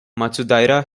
matsudaira